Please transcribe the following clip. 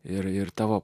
ir ir tavo